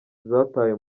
zataye